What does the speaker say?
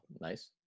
Nice